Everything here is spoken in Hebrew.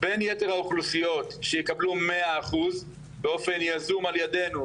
בין יתר האוכלוסיות שיקבלו 100% באופן יזום על ידינו,